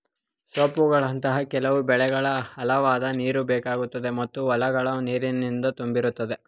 ಸೊಪ್ಪುಗಳಂತಹ ಕೆಲವು ಬೆಳೆಗೆ ಆಳವಾದ್ ನೀರುಬೇಕಾಗುತ್ತೆ ಮತ್ತು ಹೊಲಗಳು ನೀರಿನಿಂದ ತುಂಬಿರುತ್ತವೆ